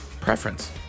preference